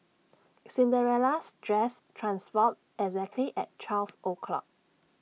Cinderella's dress transformed exactly at twelve o'clock